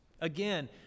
Again